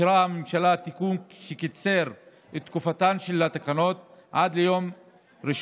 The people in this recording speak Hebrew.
אישרה הממשלה תיקון שקיצר את תקופת התקנות עד יום 1